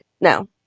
No